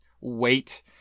wait